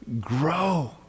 grow